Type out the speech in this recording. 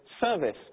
service